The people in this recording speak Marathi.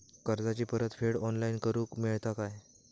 कर्जाची परत फेड ऑनलाइन करूक मेलता काय?